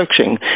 searching